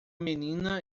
menina